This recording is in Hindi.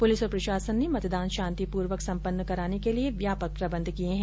पुलिस और प्रषासन ने मतदान शांति पूर्वक सम्पन्न कराने के लिए व्यापक प्रबंध किये हैं